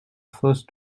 fosse